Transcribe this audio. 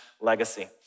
legacy